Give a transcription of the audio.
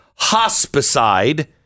hospicide